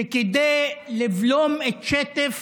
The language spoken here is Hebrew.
כדי לבלום את שטף